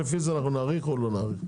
לפי זה אנחנו נאריך או לא נאריך,